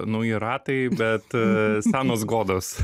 nauji ratai bet senos godos